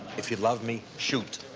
if you love me shoot!